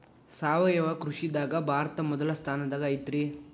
ಸಾವಯವ ಕೃಷಿದಾಗ ಭಾರತ ಮೊದಲ ಸ್ಥಾನದಾಗ ಐತ್ರಿ